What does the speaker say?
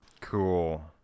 Cool